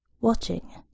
watching